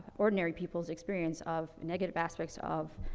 ordinary people's experience of negative aspects of,